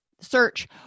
search